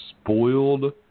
spoiled